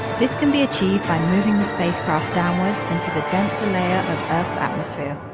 this can be achieved by moving the spacecraft downwards into the denser layer of earth's atmosphere.